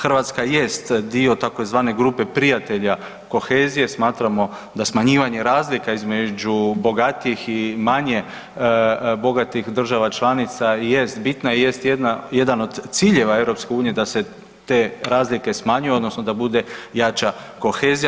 Hrvatska jest dio tzv. grupe Prijatelja kohezije, smatramo da smanjivanje razlika između bogatijih i manje bogatih država članica jest bitna i jest jedan od ciljeva EU da se te razlike smanjuju odnosno da bude jača kohezija.